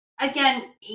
Again